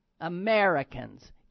Americans